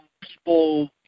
people